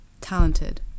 Talented